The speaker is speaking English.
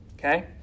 Okay